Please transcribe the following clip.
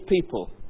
people